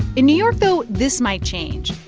in new york, though, this might change.